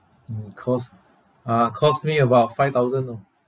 mm cost uh cost me about five thousand orh